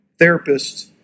therapists